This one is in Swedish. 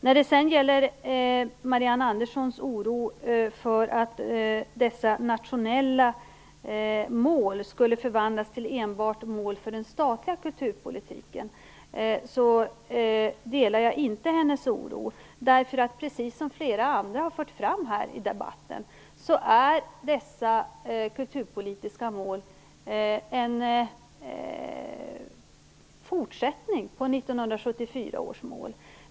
Jag delar inte Marianne Anderssons oro för att de nationella målen skulle förvandlas till mål enbart för den statliga kulturpolitiken. Precis som flera andra har fört fram här i debatten, är dessa kulturpolitiska mål en fortsättning på 1974 års mål.